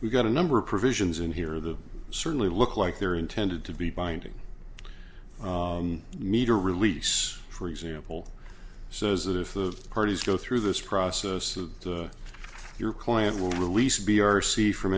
we've got a number of provisions in here that certainly look like they're intended to be binding meter release for example says that if the parties go through this process your client will release b r c from